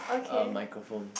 uh microphones